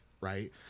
right